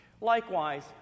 Likewise